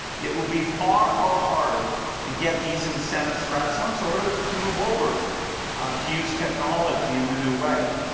it will be far, far harder to get these incentives for excellence, or to to move over to use technology in the new way.